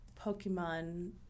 Pokemon